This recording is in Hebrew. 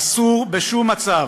אסור בשום מצב,